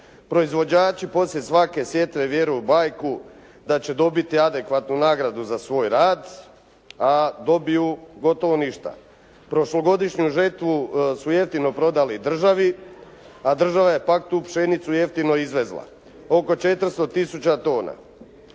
Proizvođači poslije svake sjete vjeruju u bajku, da će dobiti adekvatnu nagradu za svoj rad a dobiju gotovo ništa. Prošlogodišnju žetvu su jeftino prodali država a država je pak tu pšenicu jeftino izvezla, oko 400 tisuća tona.